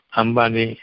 ambani